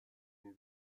une